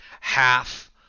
half